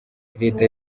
leta